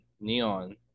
neon